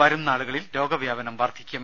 വരും നാളുകളിൽ രോഗ വ്യാപനം വർധിക്കും